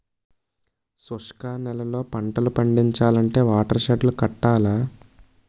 శుష్క నేలల్లో పంటలు పండించాలంటే వాటర్ షెడ్ లు కట్టాల